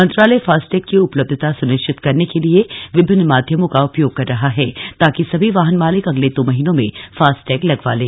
मंत्रालय फास्टैग की उपलब्धता सुनिश्चित करने के लिए विभिन्न माध्यमों का उपयोग कर रहा है ताकि सभी वाहन मालिक अगले दो महीनों में फास्टैग लगवा लें